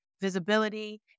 visibility